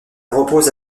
repose